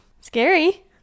Scary